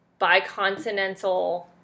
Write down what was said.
bicontinental